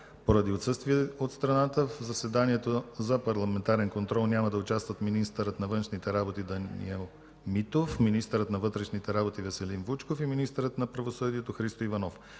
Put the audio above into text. Поради отсъствие от страната, в заседанието за парламентарен контрол няма да участват министърът на външните работи Даниел Митов, министърът на вътрешните работи Веселин Вучков и министърът на правосъдието Христо Иванов.